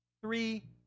three